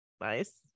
Nice